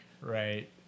right